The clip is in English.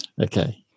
okay